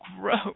gross